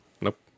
nope